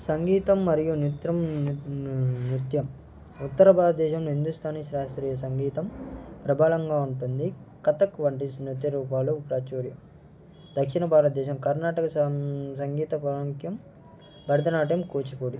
సంగీతం మరియు నృత్యం ఉత్తర భారతదేశంలో హిందుస్తానీ శాస్త్రీయ సంగీతం ప్రబలంగా ఉంటుంది కథక్ వంటి నృత్య రూపాలు ప్రాచుర్యం దక్షిణ భారతత్దేశం కర్ణాటక సంగీత ప్రాముఖ్యం భరతనాట్యం కూచిపూడి